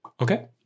okay